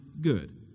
good